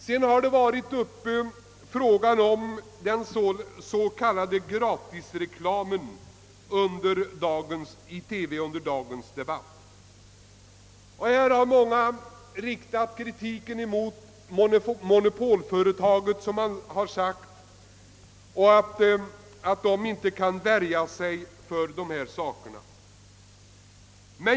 Vidare har frågan om den s.k. gratisreklamen i TV varit uppe under dagens debatt. Många har riktat kritik mot det s.k. monopolföretaget och påstår att det inte kan värja sig för denna reklam.